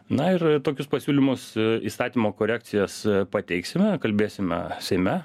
na ir tokius pasiūlymus įstatymo korekcijas pateiksime kalbėsime seime